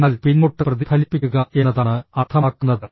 അതിനാൽ പിന്നോട്ട് പ്രതിഫലിപ്പിക്കുക എന്നതാണ് അർത്ഥമാക്കുന്നത്